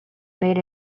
made